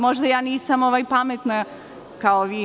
Možda nisam pametna kao vi.